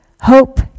Hope